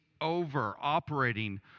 over-operating